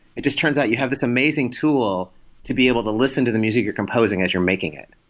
it just turns out you have this amazing tool to be able to listen to the music you're composing as you're making it.